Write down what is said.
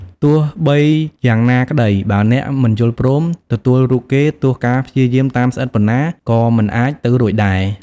ទោះបីយ៉ាងណាក្តីបើអ្នកមិនយល់ព្រម ទទួលរូបគេទោះការព្យាយាមតាមស្អិតប៉ុនណាក៏មិនអាចទៅរួចដែរ។